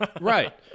Right